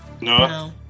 No